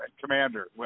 Commander